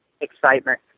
excitement